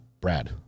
Brad